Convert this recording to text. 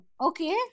Okay